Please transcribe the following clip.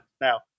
Now